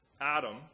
Adam